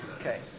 Okay